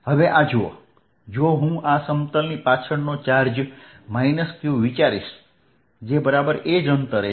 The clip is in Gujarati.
હવે આ જુઓ જો હું આ સમતલની પાછળનો ચાર્જ q વિચારીશ જે બરાબર એ જ અંતરે છે